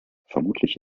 vermutlich